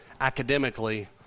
academically